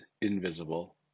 invisible